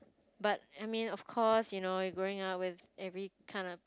but I mean of course you know you are growing up with every kind of